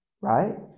right